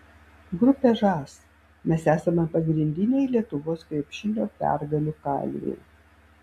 grupė žas mes esame pagrindiniai lietuvos krepšinio pergalių kalviai